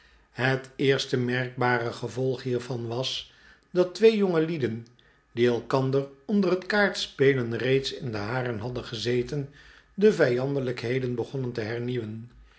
het eerste merkbare gevolg hiervan was dat twee jongelieden die elkander onder het kaartspelen reeds in de haren hadden gezeten de vijandelijkheden begonnen te hernieuwen